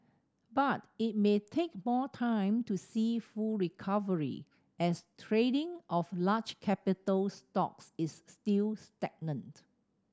but it may take more time to see full recovery as trading of large capital stocks is still stagnant